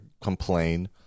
complain